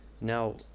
now